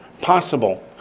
Possible